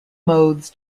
modes